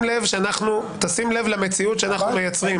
תשים לב למציאות שאנחנו מייצרים.